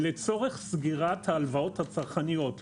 לצורך סגירת ההלוואות הצרכניות,